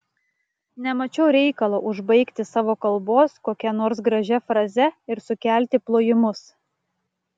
nemačiau reikalo užbaigti savo kalbos kokia nors gražia fraze ir sukelti plojimus